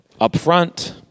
upfront